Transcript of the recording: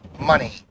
money